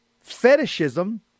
fetishism